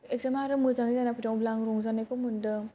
इगजामा आरो मोजां जाना फैदों अब्ला आङो रंजानायखौ मोनदों